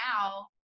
now